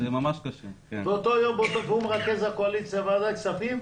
הוא מרכז הקואליציה בוועדת הכספים.